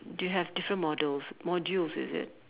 d~ you have different models modules is it